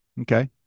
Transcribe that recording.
Okay